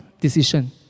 decision